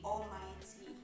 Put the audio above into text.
Almighty